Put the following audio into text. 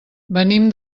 venim